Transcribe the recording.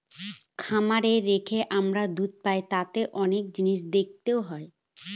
খামারে রেখে আমরা দুধ পাই তাতে অনেক জিনিস দেখতে হয়